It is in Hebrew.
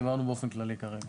דיברתי באופן כללי כרגע.